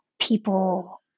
people